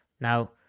Now